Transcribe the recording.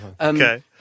Okay